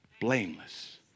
blameless